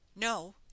No